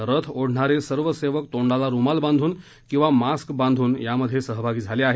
रथ ओढणारे सर्व सेवक तोंडाला रुमाल बांधून किंवा मास्क बांधून यात सहभागी झाले आहेत